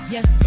Yes